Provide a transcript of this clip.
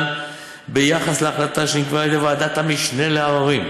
ביחס להחלטה שנקבעה על ידי ועדת המשנה לעררים.